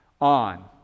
on